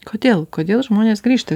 kodėl kodėl žmonės grįžta